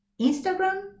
Instagram